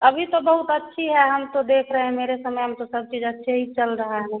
अभी तो बहुत अच्छी है हम तो देख रहे हैं मेरे समय में तो सब चीज़ अच्छे ही चल रहा है न